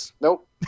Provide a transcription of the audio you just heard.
Nope